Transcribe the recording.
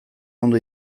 ondo